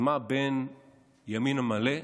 מה בין ימין על מלא,